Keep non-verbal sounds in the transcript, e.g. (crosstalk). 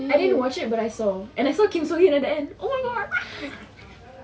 I didn't watch it but I saw and I saw kim soo hyun at the end oh my god (noise)